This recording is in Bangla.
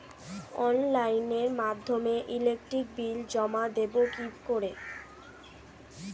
অনলাইনের মাধ্যমে ইলেকট্রিক বিল জমা দেবো কি করে?